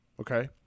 okay